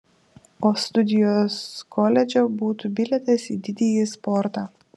o studijos koledže būtų bilietas į didįjį sportą